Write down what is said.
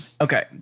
Okay